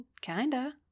Kinda